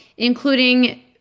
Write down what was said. including